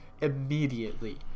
immediately